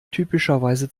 typischerweise